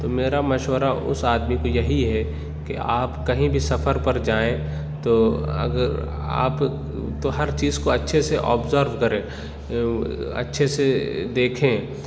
تو میرا مشورہ اُس آدمی کو یہی ہے کہ آپ کہیں بھی سفر پر جائیں تو آپ تو ہر چیز کو اچھے سے آبزرو کریں اچھے سے دیکھیں